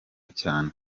cyane